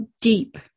deep